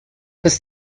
dass